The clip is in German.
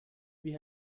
wie